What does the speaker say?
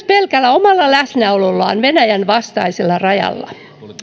pelkällä omalla läsnäolollaan myös venäjän vastaisella rajalla